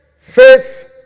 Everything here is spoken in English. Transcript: faith